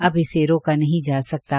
अब इसे रोका नहीं जा सकता है